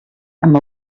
amb